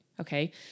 Okay